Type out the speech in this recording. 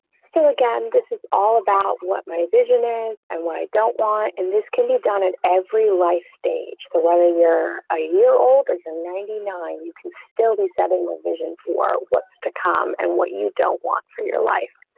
so again, this is all about what my vision is and what i don't want. and this can be done in every life stage. so whether you're a year older than ninety nine, you can still be seven with vision for what's to come. and what you don't want for your life.